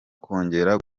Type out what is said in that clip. kongera